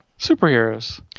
superheroes